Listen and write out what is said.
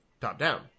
top-down